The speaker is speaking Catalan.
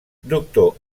doctor